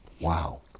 Wow